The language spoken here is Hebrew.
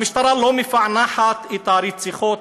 המשטרה לא מפענחת את הרציחות,